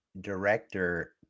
director